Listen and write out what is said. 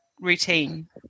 routine